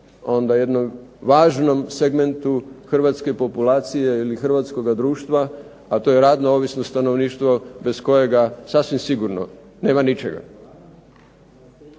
onda jednom važnom segmentu Hrvatske populacije, Hrvatskog društva a to je radno ovisno stanovništvo bez kojega sasvim sigurno nema ničega.